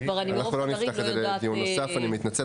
אנחנו לא נפתח את זה לדיון נוסף, אני מתנצל.